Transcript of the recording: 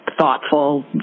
thoughtful